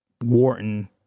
Wharton